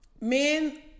Men